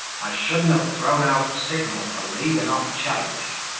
i shouldn't have thrown out signal for leaving off chase.